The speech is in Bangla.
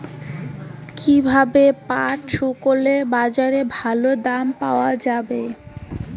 কীভাবে পাট শুকোলে বাজারে ভালো দাম পাওয়া য়ায়?